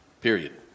Period